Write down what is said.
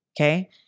Okay